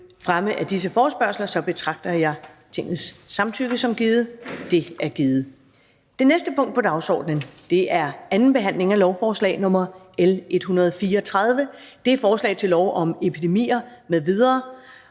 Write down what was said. fremme af disse forespørgsler, betragter jeg Tingets samtykke som givet. Det er givet. --- Det næste punkt på dagsordenen er: 3) 2. behandling af lovforslag nr. L 134: Forslag til lov om epidemier m.v.